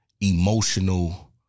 emotional